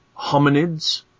Hominids